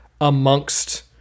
amongst